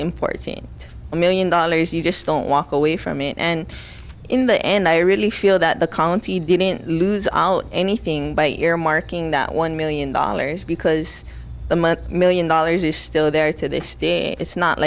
important in a million dollars you just don't walk away from it and in the end i really feel that the county didn't lose anything by earmarking that one million dollars because the month million dollars is still there to this day it's not